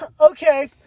okay